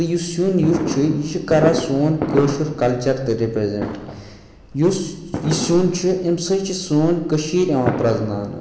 تہٕ یُس سیُن یُس چھُ یہِ چھُ کَران سون کٲشُر کَلچَر تہِ رِپرزنٛٹ یُس یہِ سیُن چھُ امہِ سۭتۍ چھِ سون کٔشیٖر یِوان پرٛزناونہٕ